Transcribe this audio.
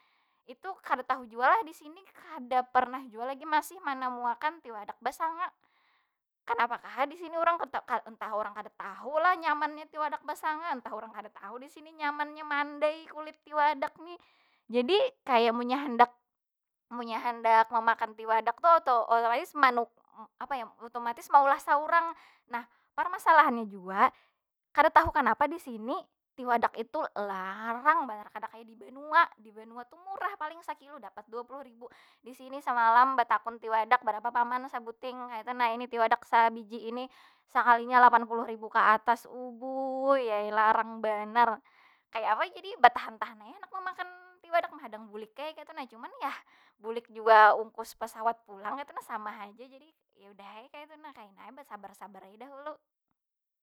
Kaytu nah, udah ai disanga. Disanga- disanga- disangan, dibuati uyah, dibuati gula, dibuati tasarah ai lagi, royco- royco kah kaytu nah. Itu, pokonya itu tapi rasanya tu kada kawa manggambar akan yang ada di sini. Kada pernah lagi men- mencubai makanan nang kaya itu. Pokonya nyaman banar asa ulun itu tuh. Kemudian, imbah itu ada yang ulunkatujui banar tu, masih nyambung lawan tiwadak ini tadi. Tiwadak ba- basanga. Jadi biasanya tiwadaknya ni, kan tadi kulitnya diulah mandai, imbah itu buahnya, buahnya ini disingkir akan, kaina ditambahi lawan galapung, ditambahi gula. jadi tu kaya munnya jar urang gorengan, tapi gorengan ini tu dari tiwadak kaytu nah. Tapi nayaman banar. Tiwadaknya ditambahi, ini tadi buahnya tadi ditambahi galapung, ditambahi gula, ini tu diadun- adun, diadun- adun diadun- adun disanga ai lagi disanga. Disangan di minyak panas. Di minyak yang, munnya kawa minyaknya banyak supaya inya marasap berataan, apa tu ngarannya? Tiwadaknya tu ma bener, bujur- bujur masakh sabukuan kaytu nah. Sampai dimasak, sampai inya pina kuning- kuning tu nah kayna. Nah imbah itu tu, apalagi dimakan munnya pina masih langet- langet tu. Wah ai itu nyaman banar tu, lawan, lawan kupi panas, kaytu. Wah itu nyaman banar pina sore- sore, pina sore- sore parak sanja tu nah mamakna tiwadak kaya itu.